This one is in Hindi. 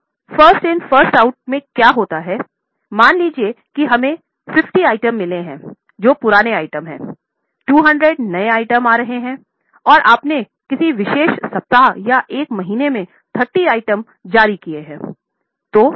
अब फर्स्ट इन फर्स्ट आउट में क्या होता है मान लीजिए कि हमें 50 आइटम मिले हैं जो पुराने आइटम हैं 200 नए आइटम आ रहे हैं और आपने किसी विशेष सप्ताह या एक महीना में 30 आइटम जारी किए हैं